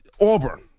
Auburn